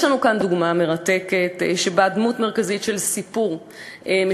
יש לנו כאן דוגמה מרתקת שבה דמות מרכזית של סיפור משמשת